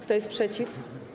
Kto jest przeciw?